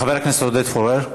חבר הכנסת עודד פורר.